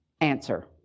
answer